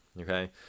okay